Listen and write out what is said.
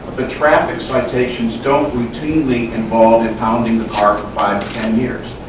but traffic citations don't routinely involve impounding the car for five to ten years,